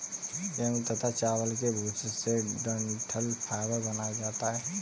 गेहूं तथा चावल के भूसे से डठंल फाइबर बनाया जाता है